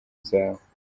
zawe